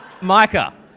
Micah